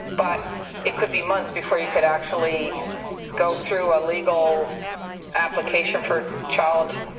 but it could be months before you could actually go through a legal application for child